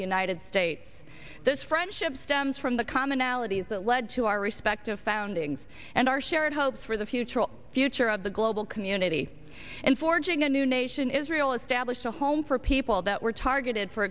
the united states this friendship stems from the commonalities that led to our respective foundings and our shared hopes for the future witcher of the global community and forging a new nation israel established a home for people that were targeted for